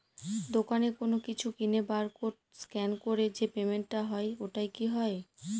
দোকানে কোনো কিছু কিনে বার কোড স্ক্যান করে যে পেমেন্ট টা হয় ওইটাও কি হয়?